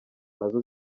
nazo